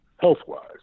health-wise